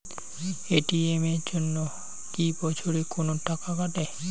ATM এর জন্যে কি বছরে কোনো টাকা কাটে?